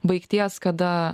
baigties kada